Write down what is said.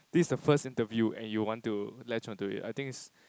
this is the first interview and you want to latch onto it I think it's